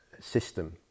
system